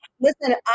Listen